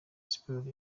sport